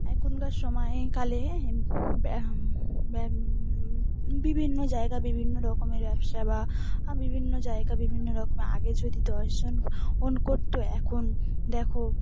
এখনকার সময়কালে ব্যা ব্যা বিভিন্ন জায়গা বিভিন্ন রকমের ব্যবসা বা বিভিন্ন জায়গা বিভিন্ন রকমের আগে যদি দশজন ওন করত এখন দেখো